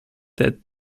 that